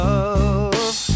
love